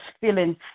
feeling